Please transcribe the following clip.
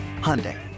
Hyundai